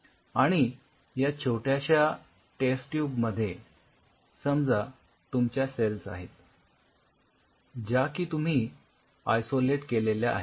आणि या छोट्याश्या टेस्ट ट्यूब मध्ये समजा तुमच्या सेल्स आहेत ज्या की तुम्ही आयसोलेट केलेल्या आहेत